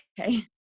okay